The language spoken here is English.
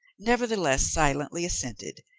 nevertheless silently assented,